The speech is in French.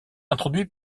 introduit